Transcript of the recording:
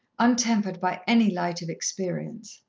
untempered by any light of experience.